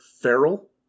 feral